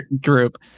group